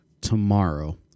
tomorrow